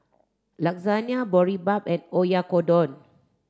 Lasagne Boribap and Oyakodon